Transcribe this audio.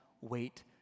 wait